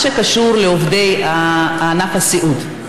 מה שקשור לעובדי ענף הסיעוד,